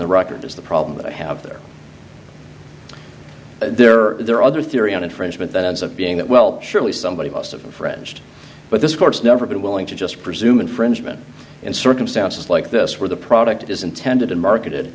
the record that's the problem that i have there there are there are other theory on infringement that ends up being that well surely somebody must have frenched but this court's never been willing to just presume infringement in circumstances like this where the product is intended and marketed